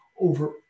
over